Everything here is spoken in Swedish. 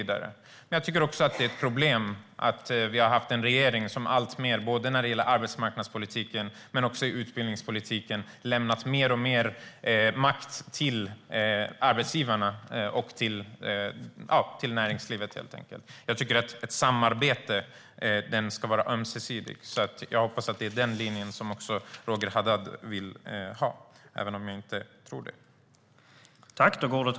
Det är också ett problem att regeringen alltmer i arbetsmarknadspolitiken och i utbildningspolitiken lämnat mer och mer makt till arbetsgivarna och till näringslivet. Ett samarbete ska vara ömsesidigt. Jag hoppas att det är den linjen som Roger Haddad vill ha - även om jag inte tror det.